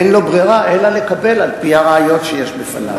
אין לו ברירה אלא לקבל על-פי הראיות שיש בפניו.